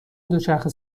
دوچرخه